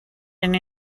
and